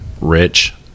rich